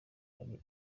hari